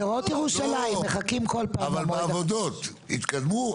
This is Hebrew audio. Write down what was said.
בשדרות ירושלים מחכים --- אבל בעבודות התקדמו?